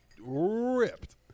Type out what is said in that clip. ripped